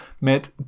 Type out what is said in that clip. met